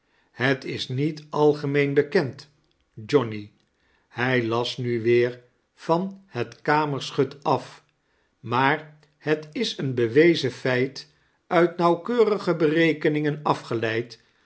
het is niet algemeen bekend johnny hij las nu weer van het kamerschut af maar het is een bewezen feit uit nauwkeurige berekeningen afgeleid